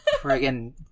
Friggin